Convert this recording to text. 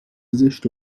زشت